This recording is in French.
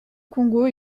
congo